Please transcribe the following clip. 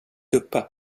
uppe